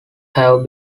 have